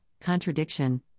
contradiction